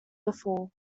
before